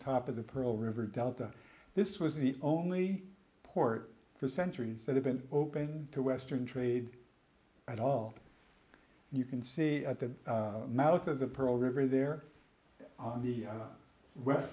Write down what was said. top of the pearl river delta this was the only port for centuries that have been open to western trade at all you can see at the mouth as the pearl river there on the west